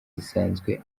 zisanzwe